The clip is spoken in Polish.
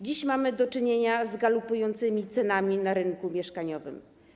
Dziś mamy do czynienia z galopującymi cenami na rynku mieszkaniowym.